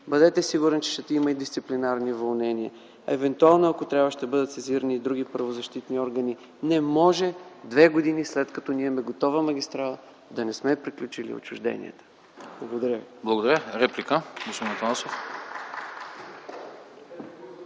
Бъдете сигурен, че ще има и дисциплинарни уволнения. Евентуално ако трябва, ще бъдат сезирани и други правозащитни органи. Не може две години, след като имаме готова магистрала, да не сме приключили отчужденията. Благодаря.